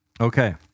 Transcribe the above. Okay